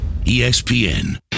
ESPN